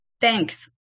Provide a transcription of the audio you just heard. Thanks